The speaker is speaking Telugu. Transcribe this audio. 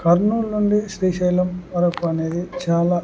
కర్నూల్ నుండి శ్రీశైలం వరకు అనేది చాలా